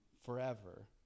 forever